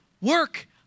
work